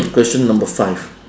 question number five